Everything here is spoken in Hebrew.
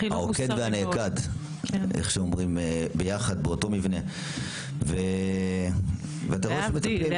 העוקד והנעקד ביחד באותו מבנה ורואים איך מטפלים בו.